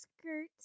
skirt